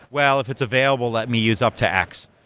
well, if it's available. let me use up to x.